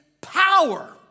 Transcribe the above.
power